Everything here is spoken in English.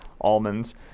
almonds